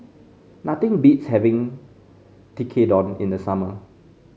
nothing beats having Tekkadon in the summer